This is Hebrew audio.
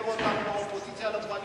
העבירו אותנו מהאופוזיציה לקואליציה,